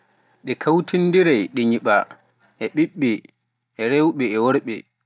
ɗe kautindirai ɗi nyiɓa e ɓiɓɓe, e rewɓe e worɓe.